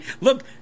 look –